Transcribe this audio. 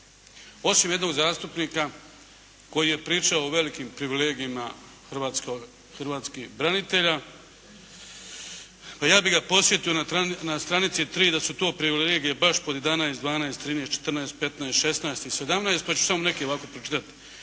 Osim jednog zastupnika koji je pričao o velikim privilegijama hrvatskih branitelja. Pa ja bih ga podsjetio na stranici 3 da su to privilegije baš pod 11, 12, 13, 14, 15, 16 i 17 pa će samo neke ovako pročitat.